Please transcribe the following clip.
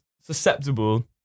susceptible